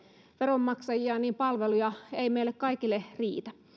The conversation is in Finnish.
veronmaksajia niin palveluja ei meille kaikille riitä